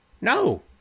No